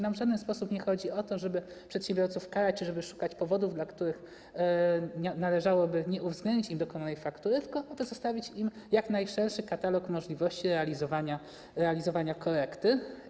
Nam w żaden sposób nie chodzi o to, żeby przedsiębiorców karać czy żeby szukać powodów, dla których należałoby nie uwzględnić dokonanej faktury, tylko na tym, żeby pozostawić im jak najszerszy katalog możliwości realizowania korekty.